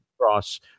cross